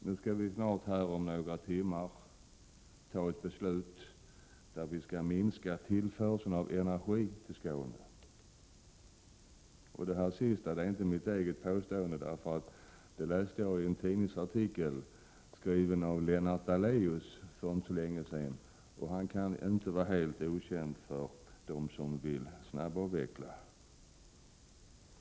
Nu skall vi snart fatta beslut om en minskning av tillförseln av energi till Skåne. Det sista är inte mitt eget påstående, utan det läste jag i en tidningsartikel skriven av Lennart Daléus för inte så länge sedan, och han kan inte vara helt okänd för dem som vill snabbavveckla kärnkraften.